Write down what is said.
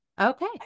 okay